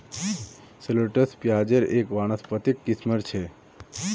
shallots प्याज़ेर एक वानस्पतिक किस्म छ